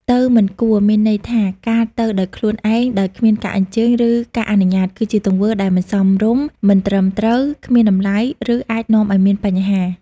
ទៅមិនគួរមានន័យថា ការទៅដោយខ្លួនឯង ដោយគ្មានការអញ្ជើញ ឬការអនុញ្ញាត គឺជាទង្វើដែលមិនសមរម្យ មិនត្រឹមត្រូវ គ្មានតម្លៃ ឬអាចនាំឲ្យមានបញ្ហា។